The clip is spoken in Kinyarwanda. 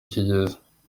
kigeze